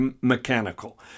mechanical